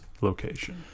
location